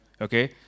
okay